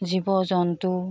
জীৱ জন্তু